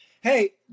hey